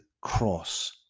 cross